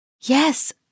Yes